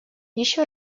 еще